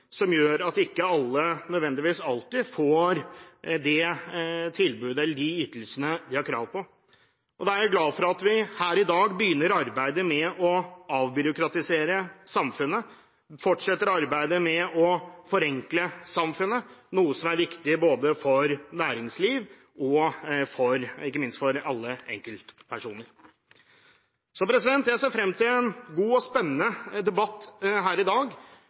som gjør at ikke alle nødvendigvis alltid får det tilbudet eller de ytelsene de har krav på. Da er jeg glad for at vi her i dag begynner arbeidet med å avbyråkratisere samfunnet, og fortsetter arbeidet med å forenkle samfunnet, noe som er viktig for både næringsliv og alle enkeltpersoner. Jeg ser frem til en god og spennende debatt her i dag.